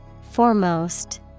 Foremost